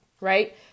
right